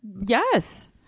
Yes